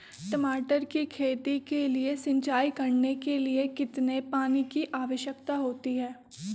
टमाटर की खेती के लिए सिंचाई करने के लिए कितने पानी की आवश्यकता होती है?